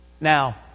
Now